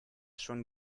schon